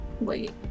Wait